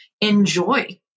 enjoy